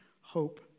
hope